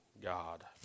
God